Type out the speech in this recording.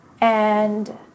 And-